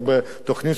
בתוכנית של קרן נויבך.